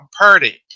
party